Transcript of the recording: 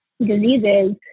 diseases